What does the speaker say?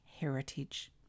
heritage